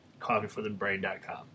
coffeeforthebrain.com